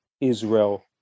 israel